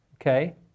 okay